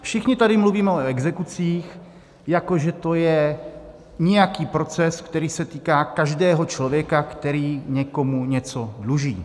Všichni tady mluvíme o exekucích, jako že to je nějaký proces, který se týká každého člověka, který někomu něco dluží.